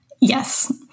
Yes